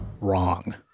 wrong